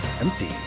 empty